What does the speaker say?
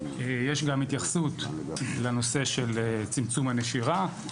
יש גם התייחסות לנושא של צמצום הנשירה.